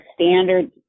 standard